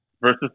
versus